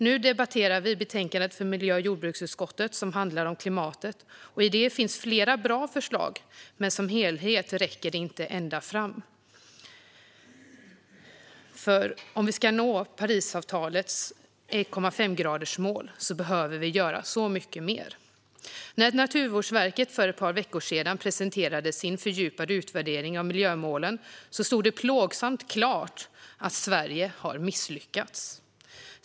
Nu debatterar vi betänkandet från miljö och jordbruksutskottet som handlar om klimatet. I det finns flera bra förslag, men som helhet räcker det inte ända fram. Om vi ska nå Parisavtalets 1,5-gradersmål behöver vi göra så mycket mer. När Naturvårdsverket för ett par veckor sedan presenterade sin fördjupade utvärdering av miljömålen stod det plågsamt klart att Sverige har misslyckas.